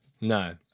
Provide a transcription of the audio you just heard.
No